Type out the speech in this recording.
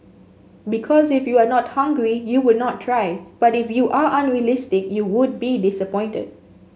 because if you are not hungry you would not try but if you are unrealistic you would be disappointed